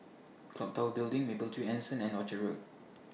Clock Tower Building Mapletree Anson and Orchard Road